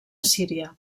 síria